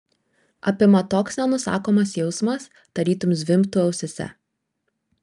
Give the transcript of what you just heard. apima toks nenusakomas jausmas tarytum zvimbtų ausyse